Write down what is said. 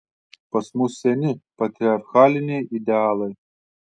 pas mus seni patriarchaliniai idealai